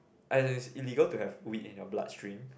as in it's illegal to have weed in your bloodstream